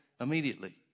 immediately